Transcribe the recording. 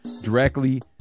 directly